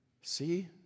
See